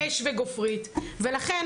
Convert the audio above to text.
במקום זה,